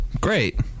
Great